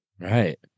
right